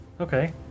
Okay